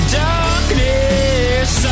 darkness